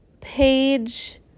page